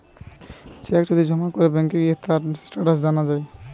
check যদি জমা করে ব্যাংকে গিয়ে তার স্টেটাস জানা যায়